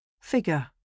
Figure